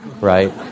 right